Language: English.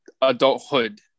adulthood